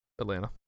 Atlanta